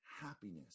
happiness